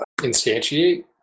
instantiate